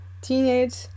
teenage